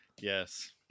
Yes